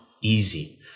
easy